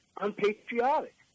unpatriotic